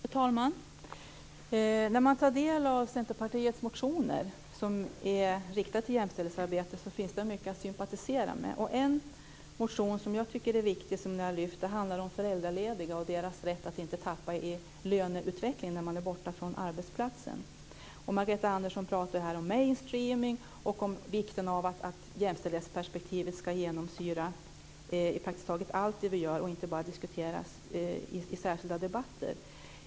Fru talman! När man tar del av Centerpartiets motioner som är inriktade på jämställdhetsarbetet finns det mycket att sympatisera med. En motion som jag tycker är viktig handlar om föräldralediga och deras rätt att inte tappa i löneutveckling när man är borta från arbetsplatsen. Margareta Andersson pratar här om mainstreaming och om vikten av att jämställdhetsperspektivet ska genomsyra praktiskt taget allt det vi gör och inte bara diskuteras i särskilda debatter.